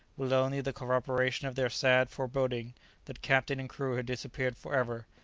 with only the corroboration of their sad foreboding that captain and crew had disappeared for ever,